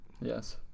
yes